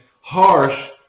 harsh